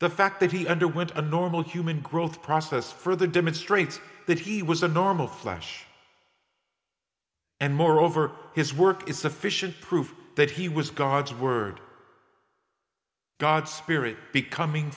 the fact that he underwent a normal human growth process further demonstrates that he was a normal flesh and moreover his work is sufficient proof that he was god's word god's spirit becoming